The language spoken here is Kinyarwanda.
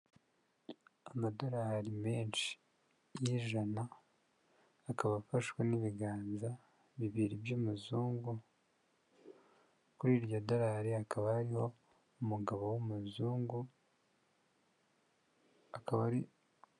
Amadorari menshi y'ijana akaba afashwe n'ibiganza bibiri by'umuzungu, kuri iryo dolari akaba ari umugabo w'umuzungu akaba ari.